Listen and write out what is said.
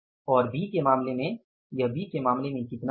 और बी के मामले में यह बी के मामले में कितना होगा